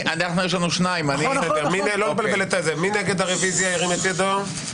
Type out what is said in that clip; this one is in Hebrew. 9 הרביזיה נפלה.